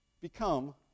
become